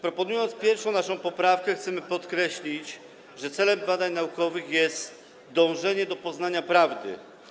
Proponując naszą pierwszą poprawkę, chcemy podkreślić, że celem badań naukowych jest dążenie do poznania prawdy.